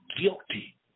guilty